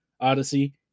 Odyssey